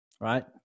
right